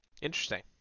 Interesting